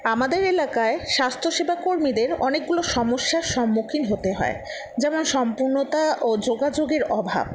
আমাদের এলাকায় স্বাস্থ্যসেবা কর্মীদের অনেকগুলো সমস্যার সম্মুখীন হতে হয় যেমন সম্পূর্ণতা ও যোগাযোগের অভাব